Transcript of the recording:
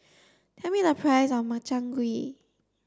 tell me the price of Makchang Gui